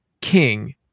king